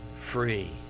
free